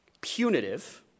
punitive